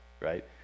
right